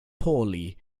poorly